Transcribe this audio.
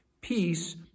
peace